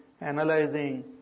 analyzing